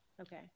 Okay